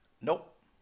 nope